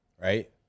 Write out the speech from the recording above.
right